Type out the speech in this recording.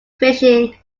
fishing